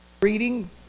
Reading